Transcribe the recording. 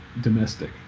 domestic